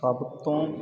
ਸਭ ਤੋਂ